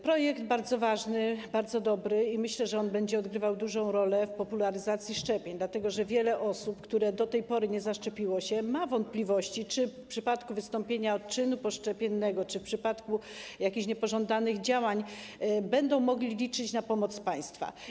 Projekt jest bardzo ważny, bardzo dobry i myślę, że będzie odgrywał dużą rolę w popularyzacji szczepień, dlatego że wiele osób, które do tej pory się nie zaszczepiły, ma wątpliwości, czy w przypadku wystąpienia odczynu poszczepiennego, czy w przypadku jakichś niepożądanych działań będą mogły liczyć na pomoc państwa.